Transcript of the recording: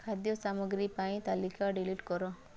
ଖାଦ୍ୟ ସାମଗ୍ରୀ ପାଇଁ ତାଲିକା ଡିଲିଟ୍ କର